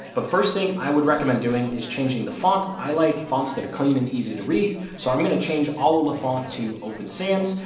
but first thing i would recommend doing is changing the font. i like fonts that are clean and easy to read. so i'm gonna change all of the font to open sans,